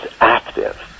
active